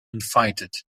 invited